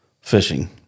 fishing